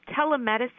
Telemedicine